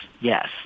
yes